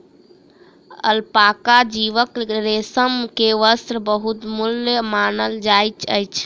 alpaca जीवक रेशम के वस्त्र बहुमूल्य मानल जाइत अछि